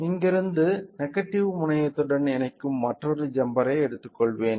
இங்கிருந்து நெகட்டிவ் முனையத்துடன் இணைக்கும் மற்றொரு ஜம்பரை எடுத்துக்கொள்வேன்